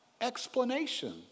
explanation